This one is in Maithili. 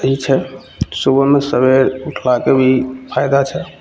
सही छै सुबहमे सबेरे उठबाके भी फायदा छै